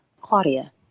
Claudia